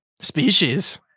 species